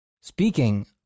Speaking